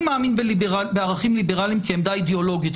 אני מאמין בערכים ליברליים כעמדה אידיאולוגית.